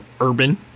urban